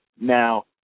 Now